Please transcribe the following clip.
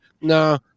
no